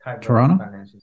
Toronto